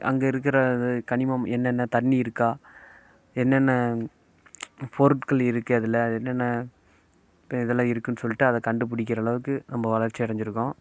அங்கே இருக்கிற அது கனிமம் என்னென்ன தண்ணி இருக்கா என்னென்ன பொருட்கள் இருக்குது அதில் என்னென்ன இப்போ இதெலாம் இருக்குதுனு சொல்லிட்டு அதை கண்டுப்பிடிக்கிற அளவுக்கு நம்ம வளர்ச்சி அடைஞ்சிருக்கோம்